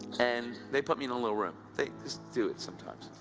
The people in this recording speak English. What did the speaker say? and they put me in a little room. they just do it sometimes.